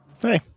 Hey